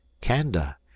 Kanda